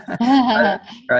Right